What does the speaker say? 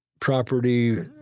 property